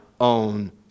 own